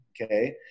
okay